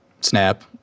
snap